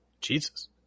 jesus